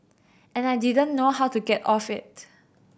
and I didn't know how to get off it